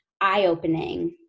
eye-opening